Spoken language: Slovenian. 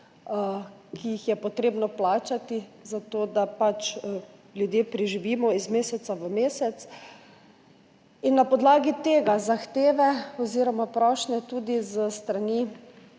ki jih je treba plačati, zato da pač ljudje preživimo iz meseca v mesec. Na podlagi tega so zahteve oziroma prošnje tudi s strani